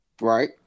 Right